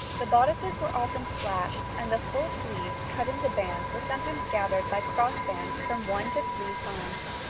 the bodices were often slashed, and the full sleeves, cut into bands, were sometimes gathered by cross bands from one to three times.